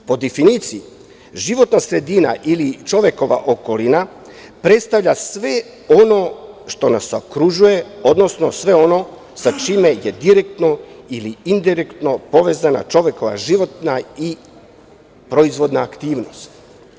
Po definiciji životna sredina ili čovekova okolina predstavlja sve ono što nas okružuje, odnosno sve ono sa čime je direktno ili indirektno povezana čovekova životna i proizvodna aktivnost.